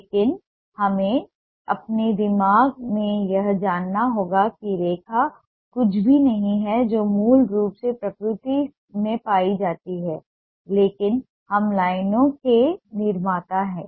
लेकिन हमें अपने दिमाग में यह जानना होगा कि रेखा कुछ भी नहीं है जो मूल रूप से प्रकृति में पाई जाती है लेकिन हम लाइनों के निर्माता हैं